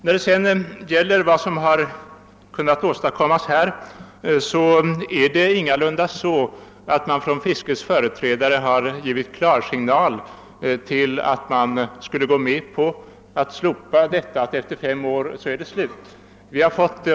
När det gäller vad som har kunnat åstadkommas har fiskets företrädare ingalunda givit klarsignal till att skyddet efter fem år skulle slopas.